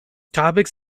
topics